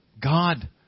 God